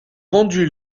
vendu